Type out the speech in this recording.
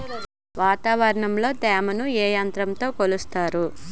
వాతావరణంలో తేమని ఏ యంత్రంతో కొలుస్తారు?